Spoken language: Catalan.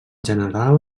general